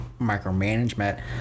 micromanagement